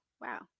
wow